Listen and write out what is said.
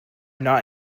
not